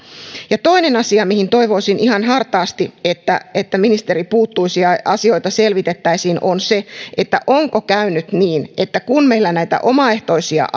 toinen asia mihin toivoisin ihan hartaasti että että ministeri puuttuisi ja asioita selvitettäisiin on se onko käynyt niin että kun meillä näitä omaehtoisia